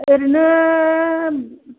ओरैनो